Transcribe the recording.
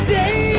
day